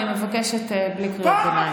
אני מבקשת בלי קריאות ביניים.